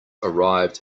arrived